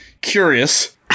curious